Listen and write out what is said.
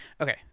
Okay